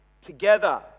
together